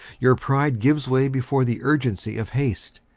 your pride gives way before the urgency of haste.